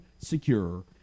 secure